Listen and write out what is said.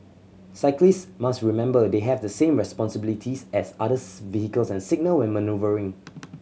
cyclist must remember they have the same responsibilities as others vehicles and signal when manoeuvring